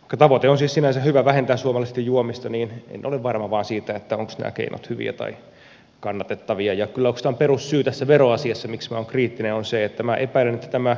vaikka tavoite on siis sinänsä hyvä vähentää suomalaisten juomista niin en ole varma vain siitä ovatko nämä keinot hyviä tai kannatettavia ja kyllä oikeastaan perussyy tässä veroasiassa miksi minä olen kriittinen on se että minä epäilen että tämä